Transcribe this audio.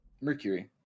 Mercury